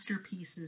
masterpieces